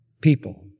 people